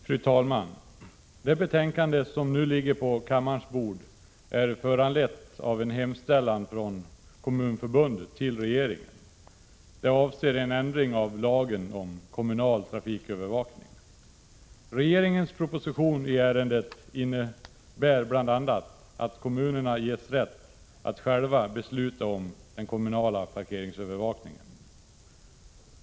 Fru talman! Det betänkande, som nu ligger på kammarens bord, är föranlett av en hemställan från Kommunförbundet till regeringen. Det avser en ändring av lagen om kommunal trafikövervakning. Regeringens proposition i ärendet innebär bl.a. att kommunerna ges rätt att själva besluta om kommunal parkeringsövervakning.